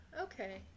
okay